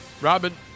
Robin